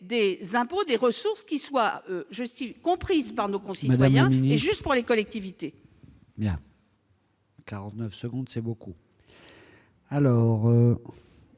des impôts qui soient compris par nos concitoyens et justes pour les collectivités.